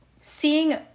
seeing